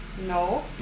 No